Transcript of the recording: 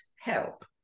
help